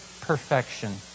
perfection